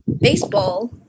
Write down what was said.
baseball